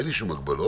אין לי שום הגבלות.